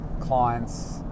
clients